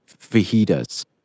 fajitas